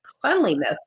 cleanliness